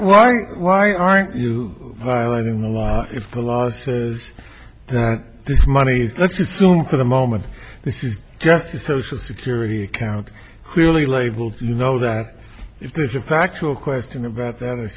why why aren't you violating the law if the law says this money let's assume for the moment this is just a social security account clearly labeled you know that if there's a factual question about that i